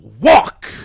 walk